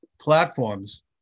platforms